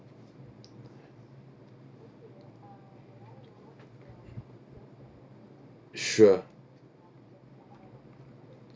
sure